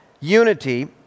unity